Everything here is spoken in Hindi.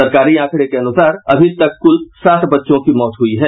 सरकारी आंकड़े के अनुसार अभी तक कुल सात बच्चो की मौत हुई है